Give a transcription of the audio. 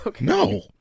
No